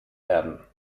werden